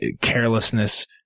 carelessness